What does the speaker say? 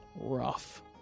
rough